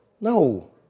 No